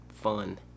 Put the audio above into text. fun